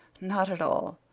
not at all.